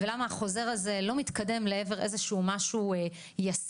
ולמה החוזר הזה לא מתקדם לעבר איזה שהוא משהו ישים.